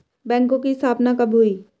बैंकों की स्थापना कब हुई?